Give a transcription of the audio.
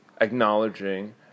acknowledging